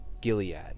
Gilead